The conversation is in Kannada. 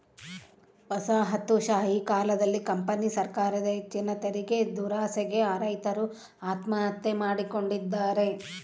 ವಸಾಹತುಶಾಹಿ ಕಾಲದಲ್ಲಿ ಕಂಪನಿ ಸರಕಾರದ ಹೆಚ್ಚಿನ ತೆರಿಗೆದುರಾಸೆಗೆ ರೈತರು ಆತ್ಮಹತ್ಯೆ ಮಾಡಿಕೊಂಡಿದ್ದಾರೆ